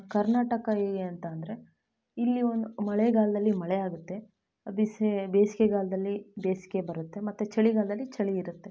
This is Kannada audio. ಕರ್ನಾಟಕ ಹೇಗೆ ಅಂತ ಅಂದರೆ ಇಲ್ಲಿ ಒಂದು ಮಳೆಗಾಲದಲ್ಲಿ ಮಳೆಯಾಗುತ್ತೆ ಬಿಸಿ ಬೇಸಿಗೆಗಾಲದಲ್ಲಿ ಬೇಸಿಗೆ ಬರುತ್ತೆ ಮತ್ತೆ ಚಳಿಗಾಲದಲ್ಲಿ ಚಳಿ ಇರುತ್ತೆ